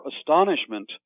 astonishment